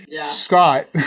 Scott